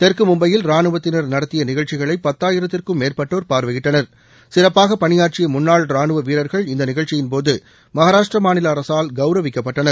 தெற்கு மும்பையில் ரானுவத்தினர் நடத்திய நிகழ்ச்சிகளை பத்தாயிரத்திற்கும் மேற்பட்டோர் பார்வையிட்டனர் சிறப்பாக பணியாற்றிய முன்னாள் ரானுவ வீரர்கள் இந்த நிகழ்ச்சியின்போது மகாராஷ்டிர மாநில அரசால் கவுரவிக்கப்பட்டனர்